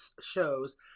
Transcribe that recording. shows